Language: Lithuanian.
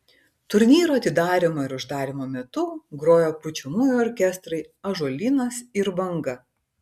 turnyro atidarymo ir uždarymo metu grojo pučiamųjų orkestrai ąžuolynas ir banga